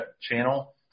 channel